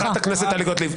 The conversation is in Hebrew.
חברת הכנסת טלי גוטליב.